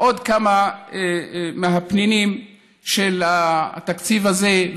עוד כמה מהפנינים של התקציב הזה,